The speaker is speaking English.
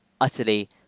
utterly